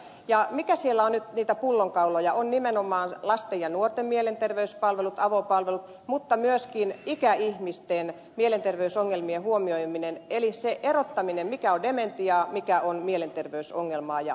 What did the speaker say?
ja siellä nyt niitä pullonkauloja ovat nimenomaan lasten ja nuorten mielenterveyspalvelut avopalvelut mutta myöskin ikäihmisten mielenterveysongelmien huomioiminen eli sen erottaminen mikä on dementiaa mikä on mielenterveysongelmaa ja niin edelleen